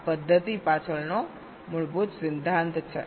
આ પદ્ધતિ પાછળનો મૂળ સિદ્ધાંત છે